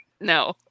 No